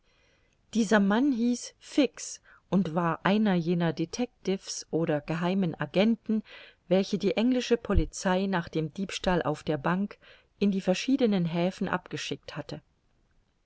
dieser mann hieß fix und war einer jener detectives oder geheimen agenten welche die englische polizei nach dem diebstahl auf der bank in die verschiedenen häfen abgeschickt hatte